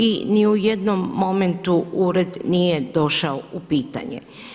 I ni u jednom momentu ured nije došao u pitanje.